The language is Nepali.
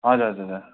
हजुर हजुर हजुर